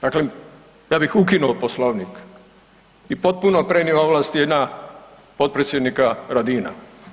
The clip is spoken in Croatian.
Dakle, ja bih ukinuo Poslovnik i potpuno prenio ovlasti na potpredsjednika Radina.